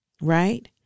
Right